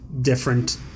different